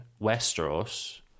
Westeros